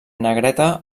negreta